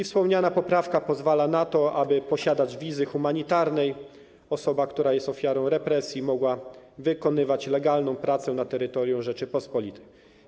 Wspomniana poprawka pozwala na to, aby posiadacz wizy humanitarnej, osoba, która jest ofiarą represji, mogła wykonywać legalną pracę na terytorium Rzeczypospolitej.